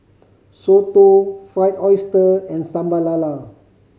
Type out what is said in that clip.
soto Fried Oyster and Sambal Lala